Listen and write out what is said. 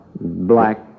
Black